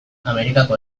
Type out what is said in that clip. amerikako